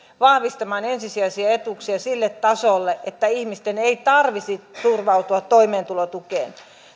vahvistamaan ensisijaisia etuuksia sille tasolle että ihmisten ei tarvitsisi turvautua toimeentulotukeen